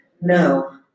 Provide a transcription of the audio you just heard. No